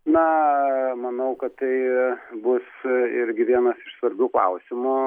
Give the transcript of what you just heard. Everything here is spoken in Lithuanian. na manau kad tai bus irgi vienas iš svarbių klausimų